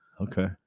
okay